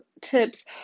tips